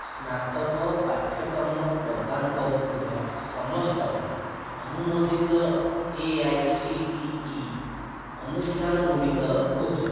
ସ୍ନାତକ ପାଠ୍ୟକ୍ରମ ପ୍ରଦାନ କରୁଥିବା ସମସ୍ତ ଅନୁମୋଦିତ A I C T E ଅନୁଷ୍ଠାନ ଗୁଡ଼ିକ ଖୋଜ